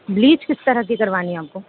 bleach کس طرح کی کروانی ہے آپ کو